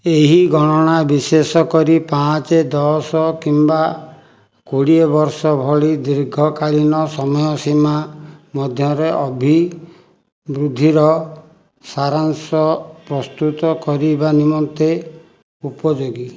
ଏହି ଗଣନା ବିଶେଷ କରି ପାଞ୍ଚ ଦଶ କିମ୍ବା କୋଡ଼ିଏ ବର୍ଷ ଭଳି ଦୀର୍ଘକାଳୀନ ସମୟସୀମା ମଧ୍ୟରେ ଅଭିବୃଦ୍ଧିର ସାରାଂଶ ପ୍ରସ୍ତୁତ କରିବା ନିମନ୍ତେ ଉପଯୋଗୀ